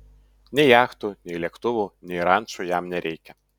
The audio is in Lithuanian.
nei jachtų nei lėktuvų nei rančų jam nereikia